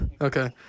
Okay